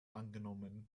angenommen